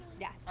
Yes